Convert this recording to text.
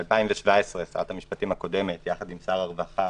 ב-2017 שרת המשפטים הקודמת יחד עם שר הרווחה